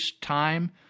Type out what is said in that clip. time